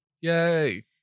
Yay